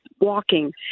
walking